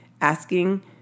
asking